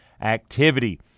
activity